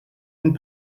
von